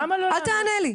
למה לא לענות?